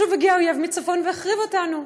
שוב הגיע אויב מצפון והחריב אותנו.